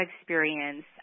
experience